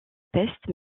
peste